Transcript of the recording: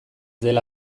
dela